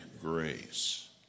grace